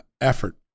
effort